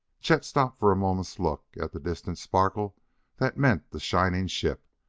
chet stopped for a moment's look at the distant sparkle that meant the shining ship,